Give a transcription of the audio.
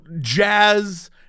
jazz